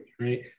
right